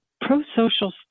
pro-social